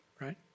Right